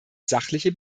sachliche